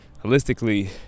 holistically